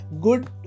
good